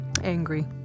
angry